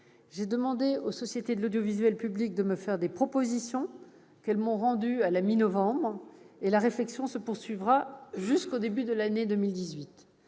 j'ai demandé aux sociétés de l'audiovisuel public de me faire des propositions, qu'elles m'ont rendues à la mi-novembre. Cette réflexion se poursuivra jusqu'au début de l'année 2018.